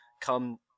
come